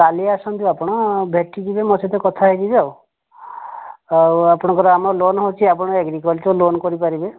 କାଲି ଆସନ୍ତୁ ଆପଣ ଭେଟିକିରି ମୋ ସହିତ କଥା ହେଇଯିବେ ଆଉ ଆଉ ଆପଣଙ୍କର ଆମର ଲୋନ ହେଉଛି ଆପଣ ଏଗ୍ରିକଲଚର ଲୋନ କରିପାରିବେ